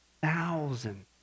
thousand